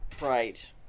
Right